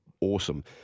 awesome